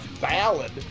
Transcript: ballad